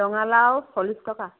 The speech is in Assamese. ৰঙালাউ চল্লিছ টকা